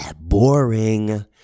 boring